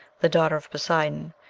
the daughter of poseidon,